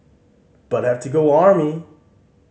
but have to go army